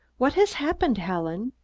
what has happened, helen?